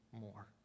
more